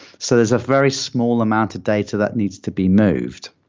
so there's a very small amount of data that needs to be moved.